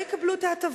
הם לא יקבלו את ההטבות.